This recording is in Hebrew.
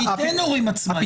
ניתן הורים עצמאיים.